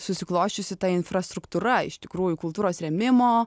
susiklosčiusi infrastruktūra iš tikrųjų kultūros rėmimo